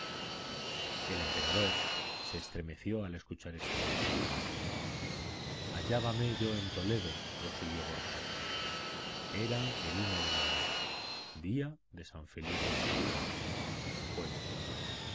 el emperador se estremeció al escuchar esta fecha hallábame yo en toledo prosiguió borja era el de mayo día de san felipe y santiago jueves